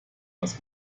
was